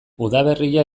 udaberria